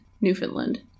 Newfoundland